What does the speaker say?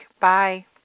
Bye